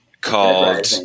called